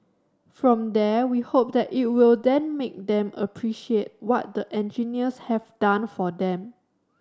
from there we hope that it will then make them appreciate what the engineers have done for them